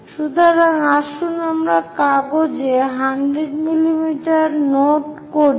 সুতরাং আসুন আমরা কাগজে 100 mm নোট করি